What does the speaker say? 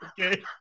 okay